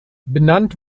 benannt